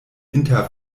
inter